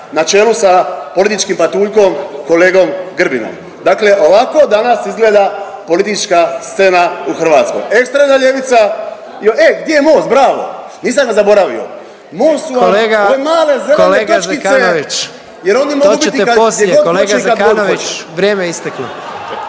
na čelu sa porničkim patuljkom kolegom Grbinom. Dakle, ovako danas izgleda politička scena u Hrvatskoj ekstremna ljevica. E gdje je Most? Bravo! Nisam ga zaboravio. Most su vam ove male … …/Upadica predsjednik: Kolega Zekanović to ćete poslije!